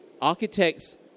architects